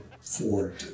Ford